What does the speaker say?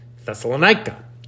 Thessalonica